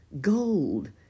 gold